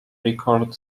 record